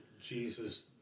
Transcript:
Jesus